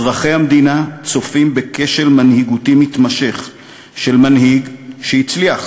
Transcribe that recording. אזרחי המדינה צופים בכשל מנהיגותי מתמשך של מנהיג שהצליח,